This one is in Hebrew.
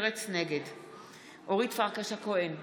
נגד אורית פרקש הכהן,